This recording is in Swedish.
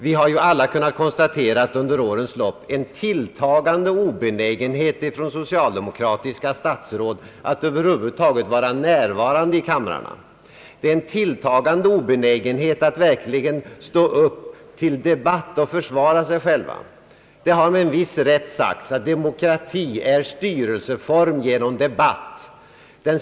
Vi har ju alla under årens lopp kunnat konstatera en tilltagande obenägenhet hos socialdemokratiska statsråd att över huvud taget vara närvarande i kamrarna. Det är en tilltagande obenägenhet hos statsråden att verkligen stå upp i debatten och försvara sig. Med en viss rätt har man sagt att demokrati är formen för styrelse genom debatt.